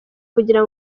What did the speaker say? kugira